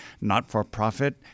not-for-profit